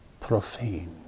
profane